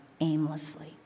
aimlessly